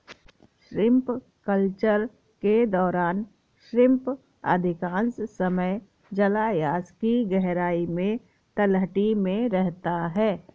shrimp culture के दौरान shrimp अधिकांश समय जलायश की गहराई में तलहटी में रहता है